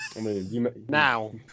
Now